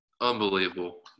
unbelievable